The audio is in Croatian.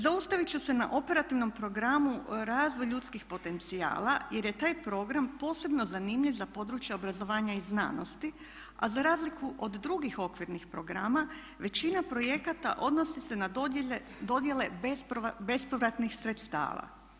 Zaustavit ću se na operativnom programu razvoj ljudskih potencijala jer je taj program posebno zanimljiv za područje obrazovanja i znanosti a za razliku od drugih okvirnih programa većina projekata odnosi se na dodjele bespovratnih sredstava.